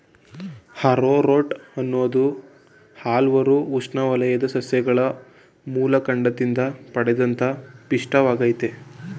arrowroot ಅನ್ನೋದು ಹಲ್ವಾರು ಉಷ್ಣವಲಯದ ಸಸ್ಯಗಳ ಮೂಲಕಾಂಡದಿಂದ ಪಡೆದಂತ ಪಿಷ್ಟವಾಗಯ್ತೆ